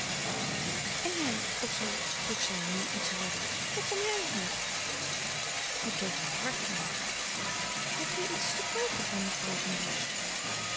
en jij otto vroeg zij nu iets harder hoe kom jij hier hij keek haar hard aan heb je iets te koopen van mevrouw van